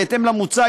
בהתאם למוצע,